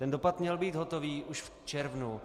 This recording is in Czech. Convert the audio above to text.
Ten dopad měl být hotový už v červnu.